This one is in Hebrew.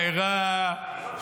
ויקרא,